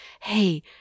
hey